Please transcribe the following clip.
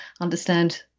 understand